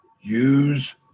use